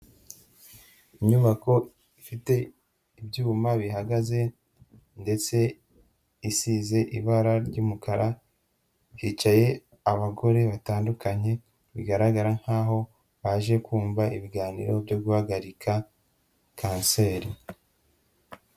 Inyubako ifite ibyuma bihagaze ndetse isize ibara ry'umukara, hicaye abagore batandukanye, bigaragara nk'aho baje kumva ibiganiro byo guhagarika kanseri.